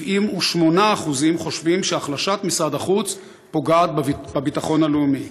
78% חושבים שהחלשת משרד החוץ פוגעת בביטחון הלאומי.